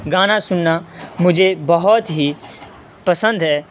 گانا سننا مجھے بہت ہی پسند ہے